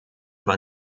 war